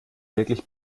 wirklich